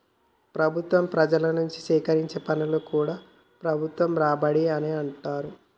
ప్రభుత్వం ప్రజల నుంచి సేకరించే పన్నులను కూడా ప్రభుత్వ రాబడి అనే అంటరు